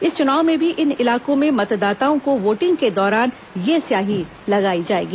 इस चुनाव में भी इन इलाकों में मतदाताओं को वोटिंग के दौरान यह स्याही लगाई जाएगी